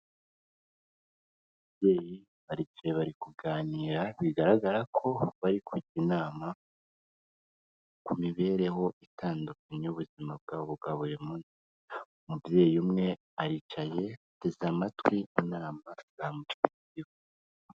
Ababyeyi baricaye bari kuganira bigaragara ko bari kujya inama ku mibereho itandukanye y'ubuzima bwabo bwa buri munsi, umubyeyi umwe aricaye ateze amatwi inama za mugenzi we.